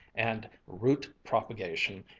and root-propagation,